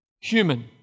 Human